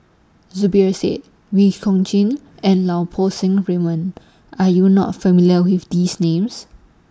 Zubir Said Wee Chong Jin and Lau Poo Seng Raymond Are YOU not familiar with These Names